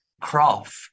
craft